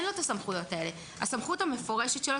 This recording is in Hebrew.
הסמכות המפורשת שלו,